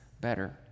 better